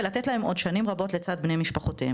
ולתת להם עוד שנים רבות לצד בני משפחותיהם,